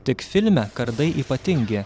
tik filme kardai ypatingi